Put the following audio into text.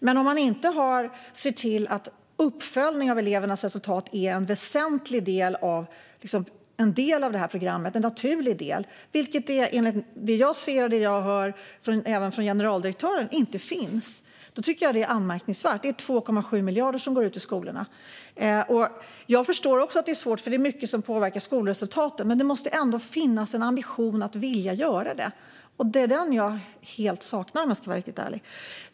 Men om man inte ser till att uppföljning av elevernas resultat är en väsentlig och naturlig del av programmet, vilket enligt vad jag ser och hör även från generaldirektören inte finns, tycker jag att det är anmärkningsvärt. Det är 2,7 miljarder som går ut till skolorna. Jag förstår också att det är svårt - det är mycket som påverkar skolresultaten. Men det måste ändå finnas en ambition att göra det. Det är den jag helt saknar, om jag ska vara riktigt ärlig.